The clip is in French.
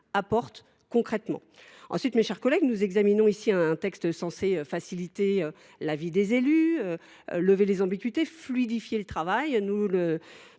apportent concrètement. Ensuite, mes chers collègues, nous examinons ici un texte censé faciliter la vie des élus, lever les ambiguïtés, fluidifier le travail